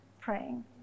praying